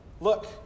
Look